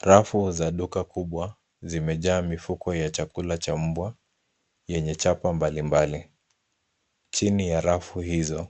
Rafu za duka kubwa zimejaa mifuko ya chakula cha mbwa yenye chapa mbalimbali. Chini ya rafu hizo